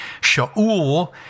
Sha'ul